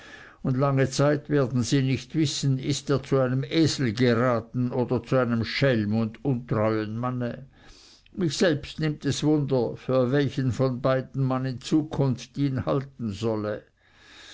und lange zeit werden sie nicht wissen ist er zu einem esel geraten oder zu einem schelm und untreuen manne mich selbst nimmt es wunder für welchen von beiden man in zukunft ihn halten solle